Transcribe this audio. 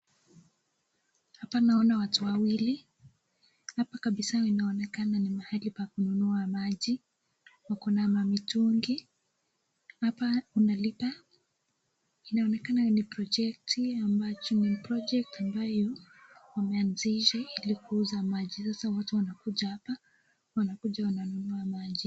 Hapa naona watu wawili, hapa kabisaa inaonekana ni mahali pa kununua maji, wako na mamitungi, hapa unalipa, inaonekana inaonekana ni project ambayo wameanzisha ili kuuza maji sasa watu wanakuja hapa wanakuja wananunua maji.